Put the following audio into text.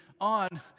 on